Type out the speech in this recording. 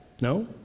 No